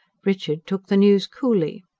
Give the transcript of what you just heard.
richard took the news coolly.